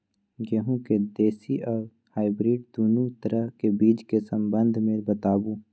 गेहूँ के देसी आ हाइब्रिड दुनू तरह के बीज के संबंध मे बताबू?